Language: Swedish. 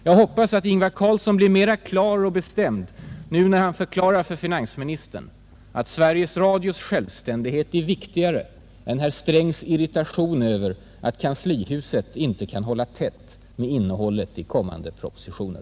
Jag hoppas att Ingvar Carlsson blir mera klar och bestämd när han nu förklarar för finansministern att Sveriges Radios självständighet är viktigare än herr Strängs irritation över att Kanslihuset inte kan hålla tätt med innehållet i kommande propositioner.